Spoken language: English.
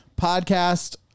podcast